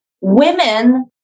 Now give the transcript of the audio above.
women